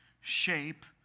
shape